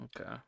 Okay